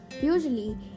Usually